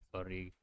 Sorry